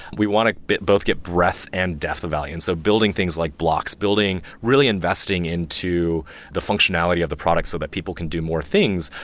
we want to both get breadth and depth of value. and so building things like blocks, building really investing into the functionality of the product, so that people can do more things,